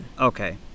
Okay